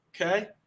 okay